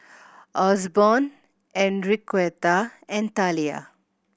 Osborne Enriqueta and Talia